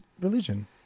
religion